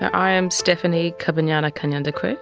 i am stephanie kabanyana kanyandekwe. ah